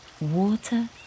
Water